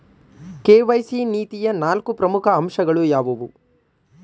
KYC ನೀತಿಯ ನಾಲ್ಕು ಪ್ರಮುಖ ಅಂಶಗಳು ಯಾವುವು?